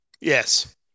Yes